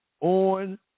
on